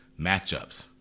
matchups